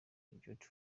beauty